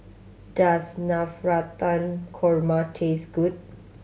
does Navratan Korma taste good